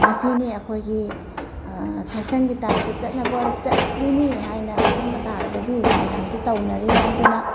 ꯃꯁꯤꯅꯤ ꯑꯩꯈꯣꯏꯒꯤ ꯐꯦꯁꯟꯒꯤ ꯇꯥꯏꯄꯇ ꯆꯠꯅꯕ ꯆꯠꯂꯤꯅꯤ ꯍꯥꯏꯅ ꯈꯟꯕ ꯇꯔꯒꯗꯤ ꯃꯌꯥꯝꯁꯨ ꯇꯧꯅꯔꯤ ꯍꯥꯏꯗꯨꯅ